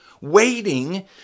Waiting